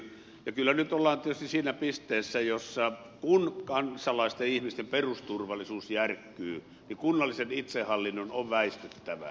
kyllä nyt ollaan tietysti siinä pisteessä jossa kun kansalaisten ihmisten perusturvallisuus järkkyy kunnallisen itsehallinnon on väistyttävä